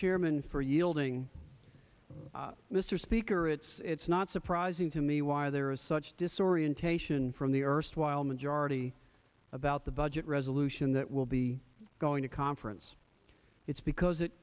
chairman for yielding mr speaker it's it's not surprising to me why there is such disorientation from the erstwhile majority about the budget resolution that will be going to conference it's because it